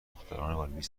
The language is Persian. دختران